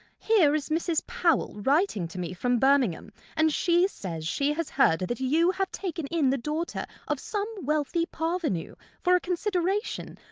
here is mrs. powell writing to me from birmingham, and she says she has heard that you have taken in the daughter of some wealthy parvenu, for a consideration,